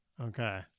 Okay